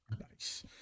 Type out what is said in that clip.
nice